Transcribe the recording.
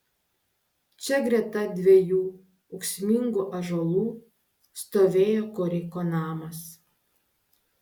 čia greta dviejų ūksmingų ąžuolų stovėjo koriko namas